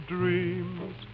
dreams